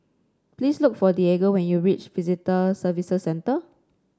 please look for Diego when you reach Visitor Service Centre